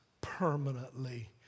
permanently